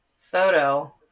photo